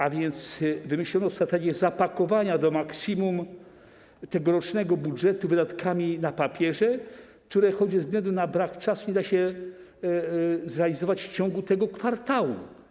A więc wymyślono strategię zapakowania do maksimum tegorocznego budżetu wydatkami na papierze, których ze względu na brak czasu nie da się zrealizować w ciągu tego kwartału.